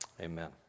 amen